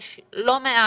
יש לא מעט